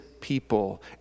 people